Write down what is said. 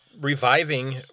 reviving